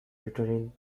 uterine